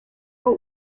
yes